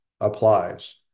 applies